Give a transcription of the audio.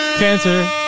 Cancer